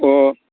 अह